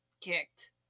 kicked